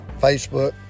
Facebook